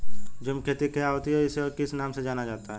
झूम खेती क्या होती है इसे और किस नाम से जाना जाता है?